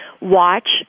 watch